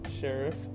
sheriff